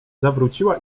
zawróciła